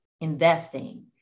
investing